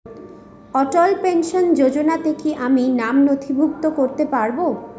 অটল pension যোজনাতে কি আমি নাম নথিভুক্ত করতে পারবো?